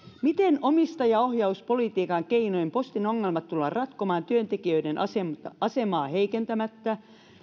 miten omistajaohjauspolitiikan keinoin postin ongelmat tullaan ratkomaan työntekijöiden asemaa heikentämättä